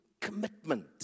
commitment